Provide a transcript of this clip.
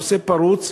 הנושא פרוץ